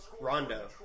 Rondo